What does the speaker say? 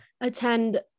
attend